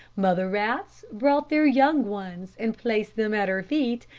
mother rats brought their young ones and placed them at her feet,